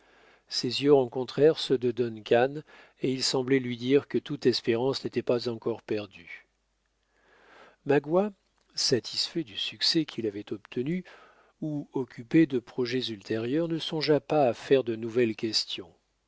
ses yeux rencontrèrent ceux de duncan et ils semblaient lui dire que toute espérance n'était pas encore perdue magua satisfait du succès qu'il avait obtenu ou occupé de projets ultérieurs ne songea pas à faire de nouvelles questions